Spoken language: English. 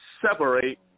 Separate